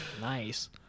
nice